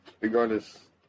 regardless